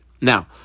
now